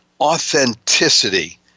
authenticity